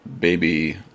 Baby